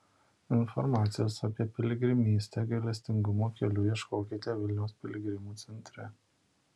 informacijos apie piligrimystę gailestingumo keliu ieškokite vilniaus piligrimų centre